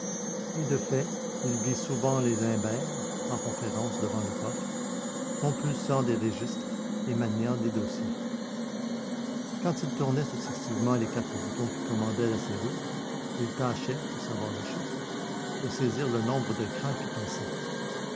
et de fait il vit souvent les imbert en conférence devant le coffre compulsant des registres et maniant des dossiers quand ils tournaient successivement les quatre boutons qui commandaient la serrure il tâchait pour savoir le chiffre de saisir le nombre des crans qui passaient